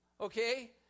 okay